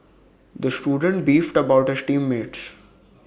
the student beefed about his team mates